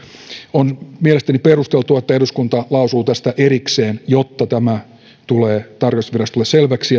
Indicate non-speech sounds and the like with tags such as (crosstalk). on mielestäni perusteltua että eduskunta lausuu tästä erikseen jotta tämä tulee tarkastusvirastolle selväksi (unintelligible)